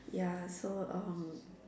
ya so um